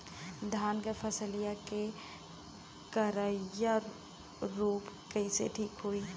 धान क फसलिया मे करईया रोग कईसे ठीक होई?